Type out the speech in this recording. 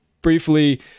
Briefly